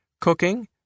cooking